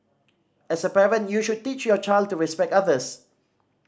as a parent you should teach your child to respect others